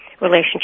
relationship